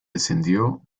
descendió